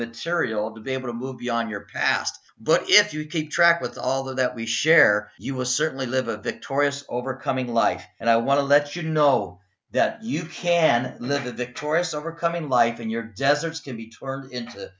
material to be able to move beyond your past but if you keep track with all that we share you will certainly live a victorious overcoming life and i want to let you know that you can live the victorious overcoming life in your deserts can be turned into